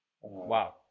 wow